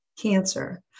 Cancer